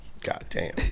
goddamn